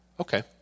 Okay